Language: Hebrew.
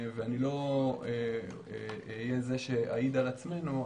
אני לא אהיה זה שאעיד על עצמנו,